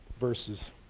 verses